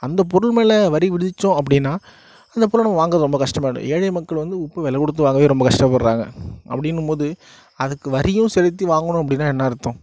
அந்த பொருள் மேலே வரி விதித்தோம் அப்படினா அந்த பொருளை நாம் வாங்குகிறது ரொம்ப கஷ்டமாகிடும் ஏழை மக்கள் வந்து உப்பு விலை கொடுத்து வாங்கவே ரொம்ப கஷ்டப்படுகிறாங்க அப்படிங்கும் போது அதுக்கு வரியும் செலுத்தி வாங்கணும் அப்படினா என்ன அர்த்தம்